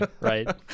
right